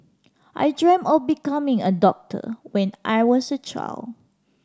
I dreamt of becoming a doctor when I was a child